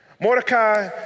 Mordecai